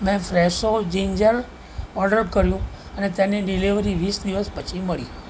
મેં Fresho ginger order કર્યું અને તેની ડીલિવરી વીસ દિવસ પછી મળી